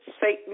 Satan